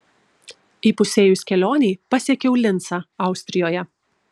įpusėjus kelionei pasiekiau lincą austrijoje